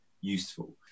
useful